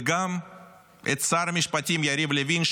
וגם את שר המשפטים יריב לוין,